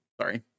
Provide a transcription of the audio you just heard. sorry